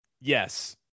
yes